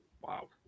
Wow